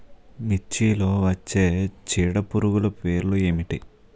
మిర్చిలో వచ్చే చీడపురుగులు పేర్లు ఏమిటి?